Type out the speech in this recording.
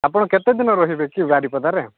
ଆପଣ କେତେ ଦିନ ରହିବେ କି ବାରିପଦାରେ